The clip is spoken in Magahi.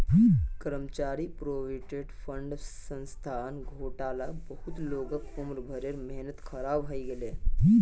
कर्मचारी प्रोविडेंट फण्ड संस्थार घोटालात बहुत लोगक उम्र भरेर मेहनत ख़राब हइ गेले